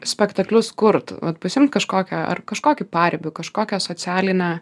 spektaklius kurt vat pasiimt kažkokią ar kažkokį paribį kažkokią socialinę